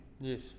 yes